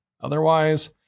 Otherwise